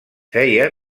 feia